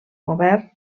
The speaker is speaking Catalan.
govern